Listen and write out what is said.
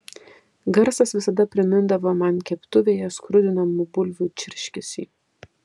garsas visada primindavo man keptuvėje skrudinamų bulvių čirškesį